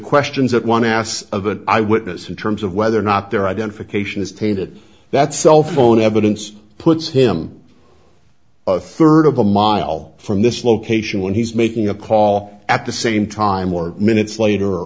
questions that one asked of an eyewitness in terms of whether or not their identification is tainted that cell phone evidence puts him a third of a mile from this location when he's making a call at the same time or minutes later